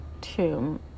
tomb